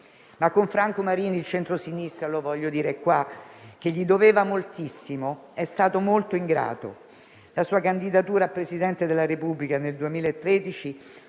che con Franco Marini il centrosinistra, che gli doveva moltissimo, è stato molto ingrato. La sua candidatura a Presidente della Repubblica nel 2013